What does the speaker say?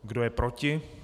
Kdo je proti?